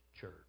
church